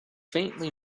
faintly